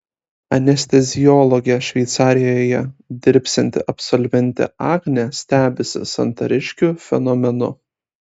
anesteziologe šveicarijoje dirbsianti absolventė agnė stebisi santariškių fenomenu